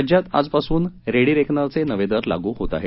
राज्यात आजपासून रेडीरेकनरचे नवे दर लागू होत आहेत